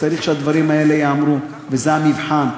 צריך שהדברים האלה ייאמרו, וזה המבחן.